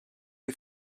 you